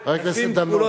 חבר הכנסת דנון.